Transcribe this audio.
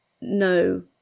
no